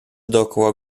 dookoła